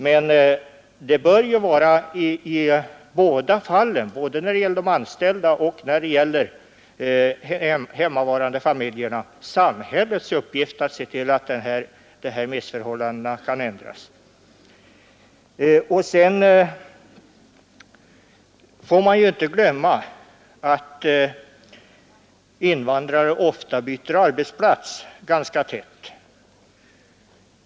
Men det bör både när det gäller de anställda och när det gäller de hemmavarande familjemedlemmarna vara samhällets uppgift att se till att dessa missförhållanden kan ändras. Sedan får man inte glömma att invandrare i många fall byter säger i reservationen 1, nämligen ”att allmän grundundervisning är en samhällelig uppgift och bör vara det även i vad avser svenskundervisning arbetsplats ganska ofta.